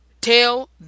Tell